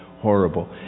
horrible